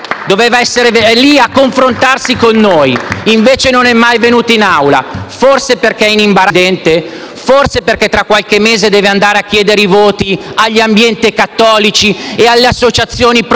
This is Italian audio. Forse perché tra qualche mese deve andare a chiedere i voti agli ambienti cattolici e alle associazioni pro-vita che ci stanno ascoltando? Dovrà andare a elemosinare i voti e forse dire che lei non era complice, perché non era